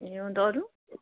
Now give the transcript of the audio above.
ए अन्त अरू